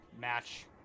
match